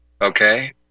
Okay